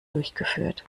durchgeführt